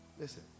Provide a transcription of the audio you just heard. Listen